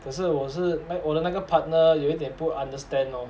可是我是那我的那个 partner 有一点不 understand lor